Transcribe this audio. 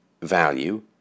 value